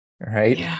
Right